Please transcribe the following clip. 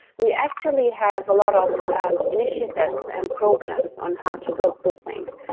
we actually have a lot of initiatives and programs on how to build those things.